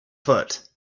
foot